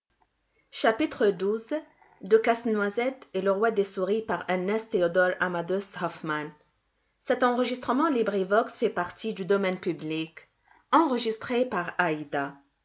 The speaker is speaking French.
entre casse-noisette et le roi des souris